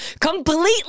completely